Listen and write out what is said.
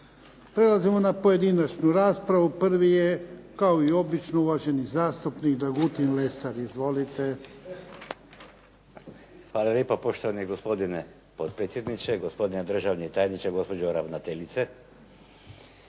Prelazimo na pojedinačnu raspravu. Prvi je kao i obično zastupnik Dragutin Lesar. Izvolite. **Lesar, Dragutin (Nezavisni)** Hvala lijepo poštovani gospodine potpredsjedniče. Gospodine državni tajniče, gospođo ravnateljice.